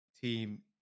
Team